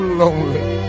lonely